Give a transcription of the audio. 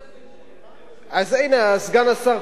תעשה את זה, אז הנה, סגן השר כהן, אני מסביר.